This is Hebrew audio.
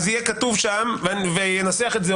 תהיה כתובה בניסוח הכי דרקוני שיש,